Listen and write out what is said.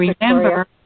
remember